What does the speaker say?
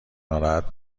ناراحت